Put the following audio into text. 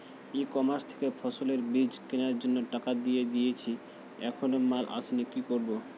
ই commerce থেকে ফসলের বীজ কেনার জন্য টাকা দিয়ে দিয়েছি এখনো মাল আসেনি কি করব?